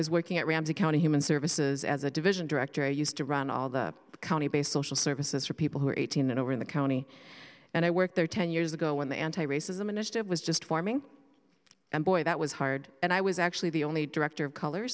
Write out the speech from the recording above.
was working at ramsey county human services as a division director i used to run all the county based social services for people who are eighteen and over in the county and i worked there ten years ago when the anti racism initiative was just forming and boy that was hard and i was actually the only director of color